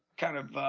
kind of